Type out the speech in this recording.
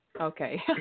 Okay